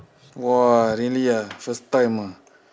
!wah! really ah first time ah